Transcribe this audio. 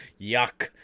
yuck